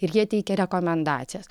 ir jie teikia rekomendacijas